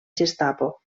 gestapo